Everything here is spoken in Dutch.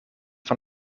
van